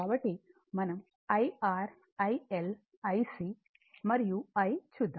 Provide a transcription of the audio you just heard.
కాబట్టి మనం IR IL IC మరియు I చూద్దాం